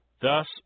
Thus